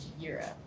Europe